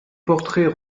portraits